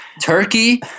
Turkey